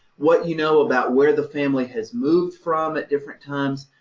what you know about where the family has moved from at different times.